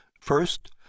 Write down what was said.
First